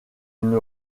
une